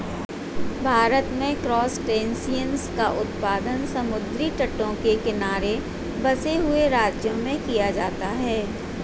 भारत में क्रासटेशियंस का उत्पादन समुद्री तटों के किनारे बसे हुए राज्यों में किया जाता है